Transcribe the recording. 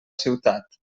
ciutat